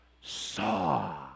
saw